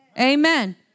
Amen